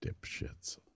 dipshits